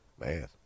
man